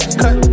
cut